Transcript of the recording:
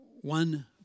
one